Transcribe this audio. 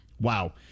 Wow